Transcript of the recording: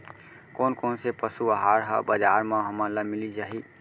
कोन कोन से पसु आहार ह बजार म हमन ल मिलिस जाही?